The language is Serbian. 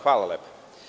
Hvala lepo.